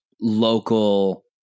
local